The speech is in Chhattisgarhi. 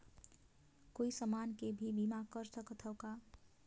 कोई समान के भी बीमा कर सकथव का?